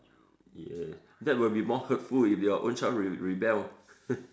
yes that will be more hurtful if your own child re~ rebel